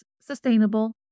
sustainable